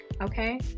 okay